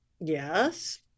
Yes